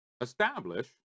establish